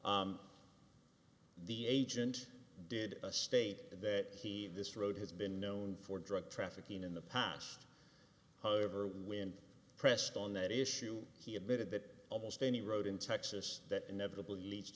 the agent did a state that he this road has been known for drug trafficking in the past however when pressed on that issue he admitted that almost any road in texas that inevitably leads